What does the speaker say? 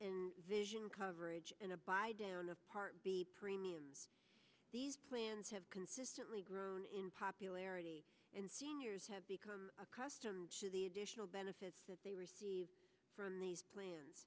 and vision coverage in a bi down a part b premium these plans have consistently grown in popularity and seniors have become accustomed to the additional benefits that they receive from these plans